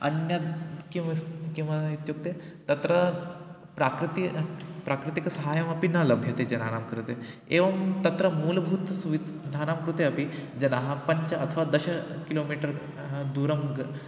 अन्यत् किमस्ति किम् इत्युक्ते तत्र प्राकृतिकं प्राकृतिकसहायमपि न लभ्यते जनानां कृते एवं तत्र मूलभूतानां सुविधानां कृते अपि जनाः पञ्च अथवा दश किलोमीटर् दूरं ग